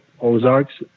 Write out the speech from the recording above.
Ozarks